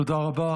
תודה רבה.